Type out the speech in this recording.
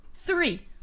three